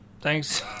thanks